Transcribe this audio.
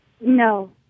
No